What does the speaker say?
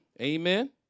Amen